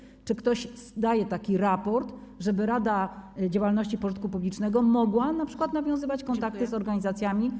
Chodzi o to, czy ktoś zdaje taki raport, żeby Rada Działalności Pożytku Publicznego mogła np. nawiązywać kontakty z organizacjami.